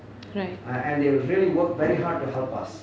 right okay